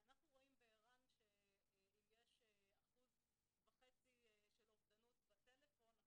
אנחנו רואים בער"ן שאם יש אחוז וחצי של אובדנות בטלפון,